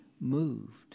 moved